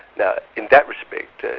now in that respect,